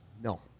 No